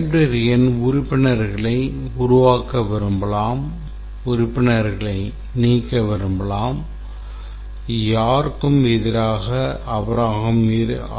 librarian உறுப்பினர்களை உருவாக்க விரும்பலாம் உறுப்பினர்களை நீக்க விரும்பலாம் யாருக்கும் எதிராக